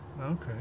Okay